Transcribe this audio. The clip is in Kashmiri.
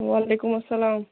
وعلیکُم اَلسلام